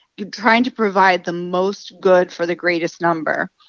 you're trying to provide the most good for the greatest number.